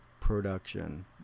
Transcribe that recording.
production